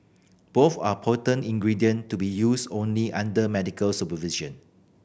both are potent ingredient to be used only under medical supervision